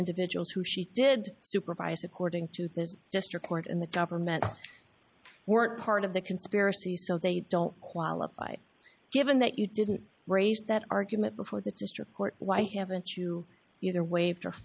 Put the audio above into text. individuals who she did supervise according to this just report in the government weren't part of the conspiracy so they don't qualify given that you didn't raise that argument before the district court why haven't you either waived